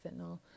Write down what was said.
fentanyl